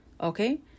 Okay